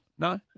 No